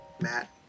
Matt